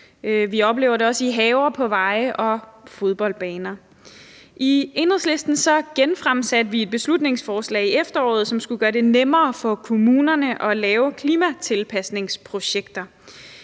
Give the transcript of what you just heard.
Vi oplever det også i haver, på veje og på fodboldbaner. I Enhedslisten genfremsatte vi et beslutningsforslag i efteråret, som skulle gøre det nemmere for kommunerne at lave klimatilpasningsprojekter.